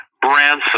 Branson